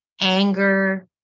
anger